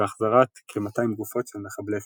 והחזרת כ-200 גופות של מחבלי חזבאללה.